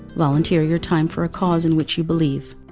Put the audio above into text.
volunteer your time for a cause in which you believe.